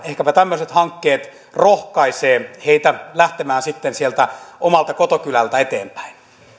ehkäpä tämmöiset hankkeet rohkaisevat heitä lähtemään sitten sieltä omalta kotokylältä eteenpäin